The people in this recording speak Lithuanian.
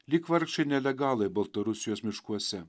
lyg vargšai nelegalai baltarusijos miškuose